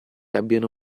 abbiano